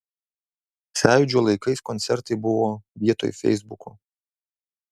sąjūdžio laikais koncertai buvo vietoj feisbuko